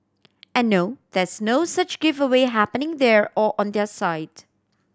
and no there is no such giveaway happening there or on their site